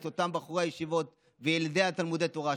את אותם בחורי הישיבות וילדי תלמודי התורה,